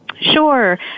Sure